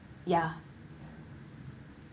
ya